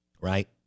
Right